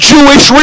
Jewish